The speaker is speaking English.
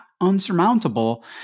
unsurmountable